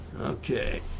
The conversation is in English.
Okay